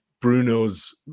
Bruno's